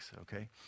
okay